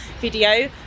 video